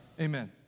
Amen